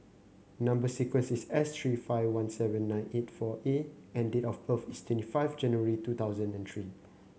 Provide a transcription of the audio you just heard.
number sequence is S three five one seven nine eight four A and date of birth is twenty five January two thousand and three